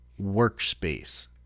workspace